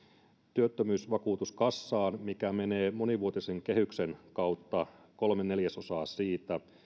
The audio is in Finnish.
työttömyysvakuutuskassaan mikä menee monivuotisen kehyksen kautta kolme neljäsosaa siitä